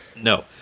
No